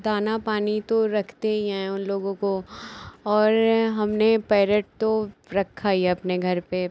दाना पानी तो रखते ही हैं उन लोगों को और हमने पैरेट तो रखा ही है अपने घर पर